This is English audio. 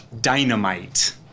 dynamite